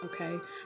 okay